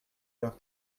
leur